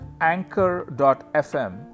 anchor.fm